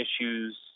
issues